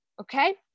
okay